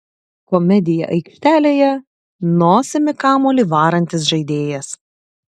komedija aikštelėje nosimi kamuolį varantis žaidėjas